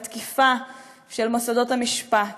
לתקיפה של מוסדות המשפט,